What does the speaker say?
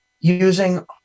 using